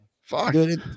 Fuck